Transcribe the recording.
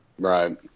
Right